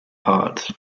parts